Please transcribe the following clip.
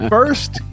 First